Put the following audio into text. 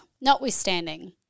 notwithstanding